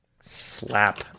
Slap